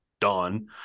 done